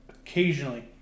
Occasionally